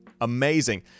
amazing